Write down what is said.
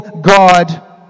God